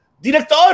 Director